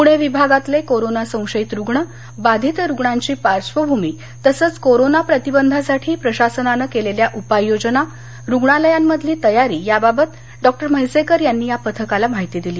पूणे विभागातले कोरोना संशयित रुग्ण बाधित रुग्णांची पार्श्वभूमी तसंच कोरोना प्रतिबंधासाठी प्रशासनानं केलेल्या उपाययोजना रुग्णालयांमध्ये केलेली तयारी बाबत डॉ म्हैसेकर यांनी या पथकाला माहिती दिली